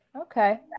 Okay